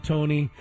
Tony